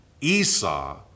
Esau